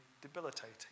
debilitating